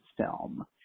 film